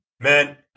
Man